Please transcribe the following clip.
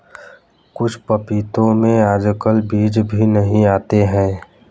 कुछ पपीतों में आजकल बीज भी नहीं आते हैं